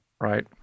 Right